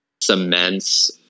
cements